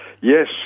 Yes